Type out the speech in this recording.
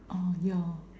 orh ya